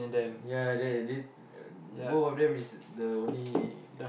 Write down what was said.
ya they uh both of them is the only